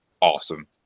awesome